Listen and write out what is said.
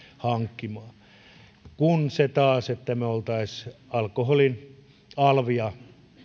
hankkimaan jos me taas olisimme alkoholin alvia